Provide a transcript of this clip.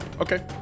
Okay